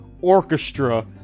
...orchestra